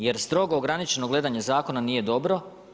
Jer strogo ograničeno gledanje zakona nije dobro.